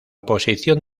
posición